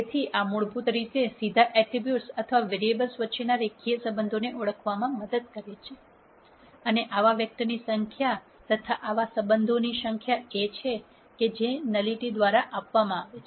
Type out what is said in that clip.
તેથી આ મૂળભૂત રીતે સીધા એટ્રીબ્યુટ અથવા વેરીએબલ્સ વચ્ચેના રેખીય સંબંધોને ઓળખવામાં મદદ કરે છે અને આવા વેક્ટરની સંખ્યા અથવા આવા સંબંધોની સંખ્યા એ છે કે જે ન્યુલીટી દ્વારા આપવામાં આવે છે